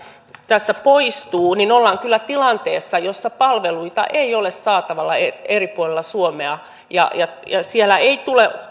tässä poistuu ollaan kyllä tilanteessa jossa palveluita ei ole saatavilla eri puolilla suomea ja ja siellä ei tule